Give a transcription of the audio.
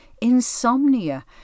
insomnia